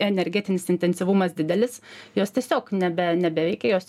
energetinis intensyvumas didelis jos tiesiog nebe nebeveikia jos